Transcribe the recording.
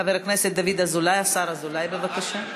חבר הכנסת דוד אזולאי, השר אזולאי, בבקשה.